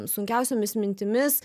sunkiausiomis mintimis